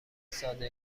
ساده